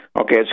Okay